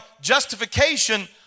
justification